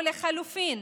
או לחלופין,